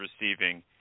receiving